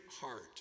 heart